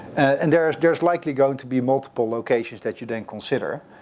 and there's there's likely going to be multiple locations that you then consider.